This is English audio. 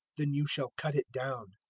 then you shall cut it down